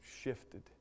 shifted